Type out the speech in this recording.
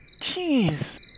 Jeez